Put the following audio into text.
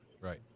Right